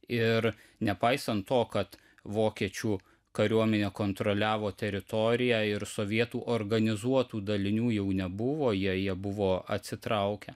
ir nepaisant to kad vokiečių kariuomenė kontroliavo teritoriją ir sovietų organizuotų dalinių jau nebuvo jie jie buvo atsitraukę